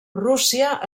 rússia